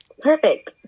Perfect